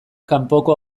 kanpoko